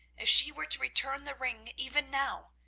if she were to return the ring even now,